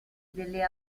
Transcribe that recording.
delle